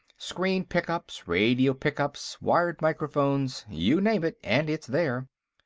screen pickups, radio pickups, wired microphones you name it and it's there.